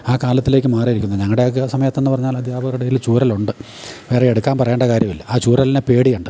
ആ കാലത്തിലേക്ക് മാറിയിരിക്കുന്നു ഞങ്ങളുടെ ഒക്കെ സമയത്തെന്ന് പറഞ്ഞാൽ അധ്യാപകരുടെയിൽ ചൂരലുണ്ട് വേറെ എടുക്കാൻ പറയേണ്ട കാര്യമില്ല ആ ചൂരലിനെ പേടിയുണ്ട്